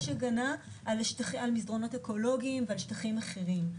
הגנה על מסדרונות אקולוגיים ועל שטחים אחרים,